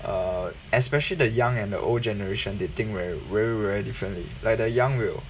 err especially the young and the old generation they think very very very differently like the young will